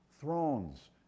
thrones